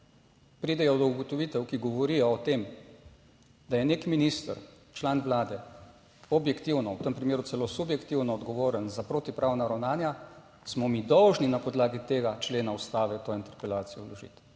pridejo do ugotovitev, ki govorijo o tem, da je nek minister, član Vlade objektivno, v tem primeru celo subjektivno odgovoren za protipravna ravnanja, smo mi dolžni na podlagi tega člena Ustave to interpelacijo vložiti.